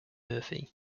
murphy